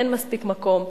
אין מספיק מקום.